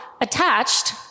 attached